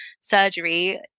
surgery